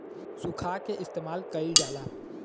सुखा के इस्तेमाल कइल जाला